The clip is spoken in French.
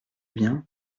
bien